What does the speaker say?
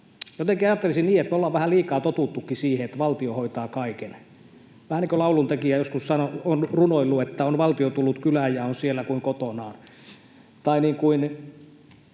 jotenkin ajattelisin niin, että me ollaan vähän liikaakin totuttu siihen, että valtio hoitaa kaiken. Vähän niin kuin lauluntekijä joskus on runoillut, että ”on valtio tullut kylään ja on siellä kuin kotonaan”,